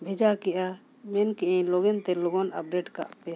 ᱵᱷᱮᱡᱟ ᱠᱮᱜᱼᱟ ᱢᱮᱱ ᱠᱮᱜ ᱟᱹᱧ ᱞᱚᱜᱤᱱ ᱛᱮ ᱞᱚᱜᱚᱱ ᱟᱯᱰᱮᱴ ᱠᱟᱜ ᱯᱮ